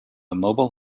mobile